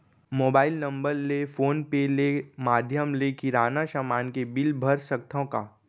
Mobile number ले PhonePe ले माधयम ले किराना समान के बिल भर सकथव का?